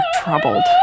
troubled